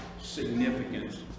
significance